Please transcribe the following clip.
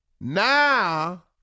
Now